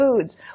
foods